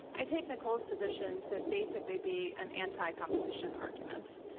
i take nicole's position to basically be an anti competition argument,